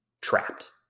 trapped